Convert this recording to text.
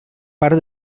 part